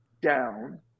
down